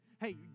hey